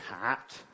hat